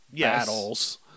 battles